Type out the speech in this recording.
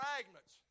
fragments